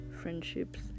friendships